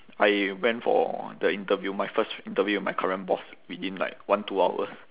I went for the interview my first interview with my current boss within like one two hours